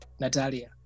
Natalia